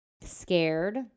scared